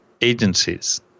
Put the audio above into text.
agencies